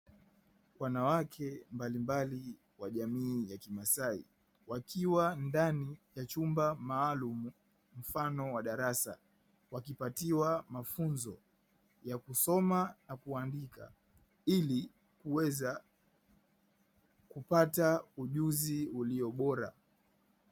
Wanawake mbalimbali wa jamii ya kimasai wakiwa ndani ya chumba maalumu mfano wa darasa wakipatiwa mafunzo ya kusoma na kuandika ili kuweza kupata ujuzi ulio bora.